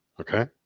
Okay